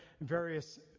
various